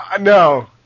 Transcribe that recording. no